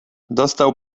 dostał